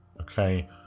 okay